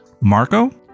Marco